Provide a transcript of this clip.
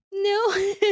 no